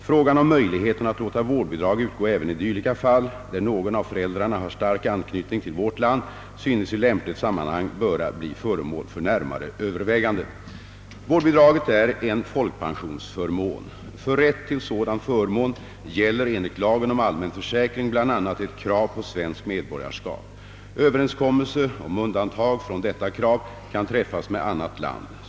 Frågan om möjligheterna att låta vårdbidrag utgå även i dylika fall, där någon av föräldrarna har stark anknytning till vårt land, synes i lämpligt sammanhang böra bli föremål för närmare övervägande.» Vårdbidraget är en folkpensionsförmån. För rätt till sådan förmån gäller enligt lagen om allmän försäkring bl.a. ett krav på svenskt medborgarskap. Överenskommelse om undantag från detta krav kan träffas med annat land.